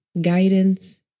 guidance